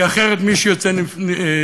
כי אחרת מי שיוצא נפסד